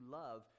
love